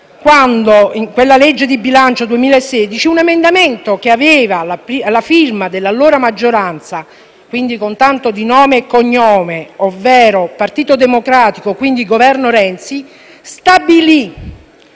2016. In quella legge di bilancio un emendamento che aveva la firma dell'allora maggioranza, quindi con tanto di nome e cognome, ovvero Partito Democratico, quindi Governo Renzi, stabilì